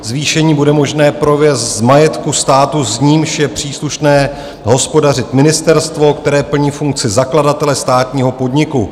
Zvýšení bude možné provést z majetku státu, s nímž je příslušné hospodařit ministerstvo, které plní funkci zakladatele státního podniku.